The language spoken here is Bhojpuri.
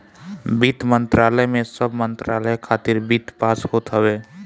वित्त मंत्रालय में सब मंत्रालय खातिर वित्त पास होत हवे